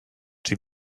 czy